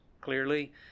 clearly